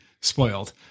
spoiled